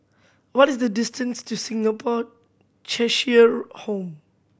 what is the distance to Singapore Cheshire Home